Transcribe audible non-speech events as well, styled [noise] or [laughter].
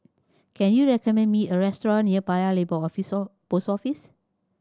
can you recommend me a restaurant near Paya Lebar [unintelligible] Post Office